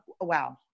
wow